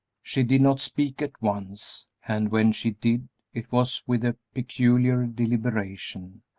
she did not speak at once, and when she did it was with a peculiar deliberation.